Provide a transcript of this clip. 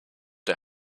der